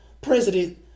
president